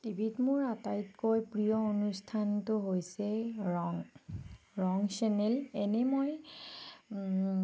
টিভিত মোৰ আটাইতকৈ প্ৰিয় অনুষ্ঠানটো হৈছে ৰং ৰং চেনেল এনেই মই